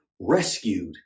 rescued